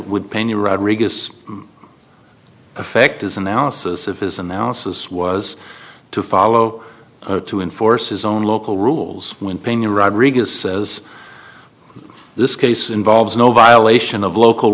would pain you rodriguez effect his analysis of his analysis was to follow to enforce his own local rules when pena rodriguez says this case involves no violation of local